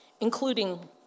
including